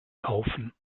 kaufen